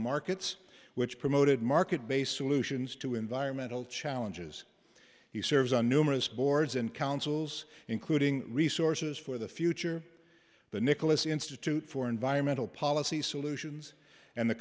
markets which promoted market based solutions to environmental challenges he serves on numerous boards and councils including resources for the future but nicholas institute for environmental policy solutions and the